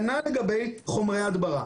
כנ"ל לגבי חומרי הדברה.